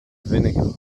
vinegar